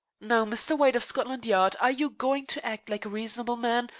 now, mr. white of scotland yard, are you going to act like a reasonable man,